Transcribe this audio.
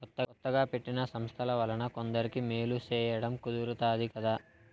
కొత్తగా పెట్టిన సంస్థల వలన కొందరికి మేలు సేయడం కుదురుతాది కదా